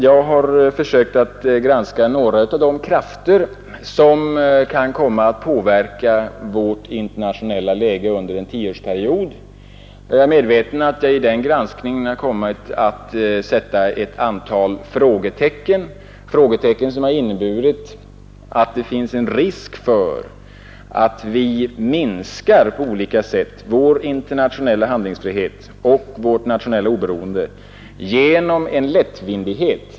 Jag har försökt att granska några av de krafter som kan komma att påverka vårt internationella läge under en tioårsperiod. Jag är medveten om att jag vid den granskningen har satt ett antal frågetecken — frågetecken som innebär att det finns en risk för att vi på olika sätt minskar vår internationella handlingsfrihet och vårt nationella oberoende genom lättvindighet.